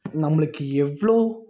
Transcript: நம்மளுக்கு எவ்வளோ